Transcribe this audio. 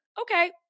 Okay